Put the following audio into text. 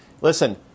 Listen